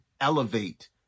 elevate